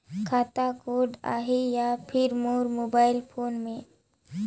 खाता कोड आही या फिर मोर मोबाइल फोन मे?